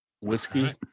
whiskey